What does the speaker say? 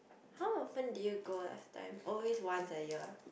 how often did you go last time always once a year ah